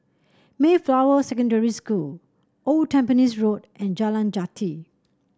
Mayflower Secondary School Old Tampines Road and Jalan Jati